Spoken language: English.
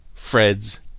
Fred's